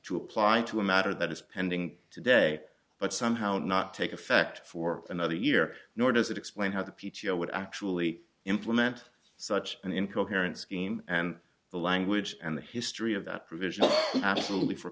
to apply to a matter that is pending today but somehow not take effect for another year nor does it explain how the p t o would actually implement such an incoherent scheme and the language and the history of that provision absolutely for